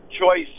choice